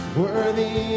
worthy